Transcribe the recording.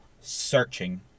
searching